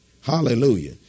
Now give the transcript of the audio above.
Hallelujah